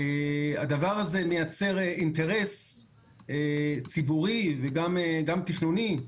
הדבר הזה מייצר אינטרס ציבורי וגם תכנוני,